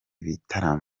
bitaramo